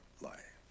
life